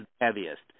heaviest